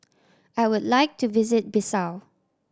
I would like to visit Bissau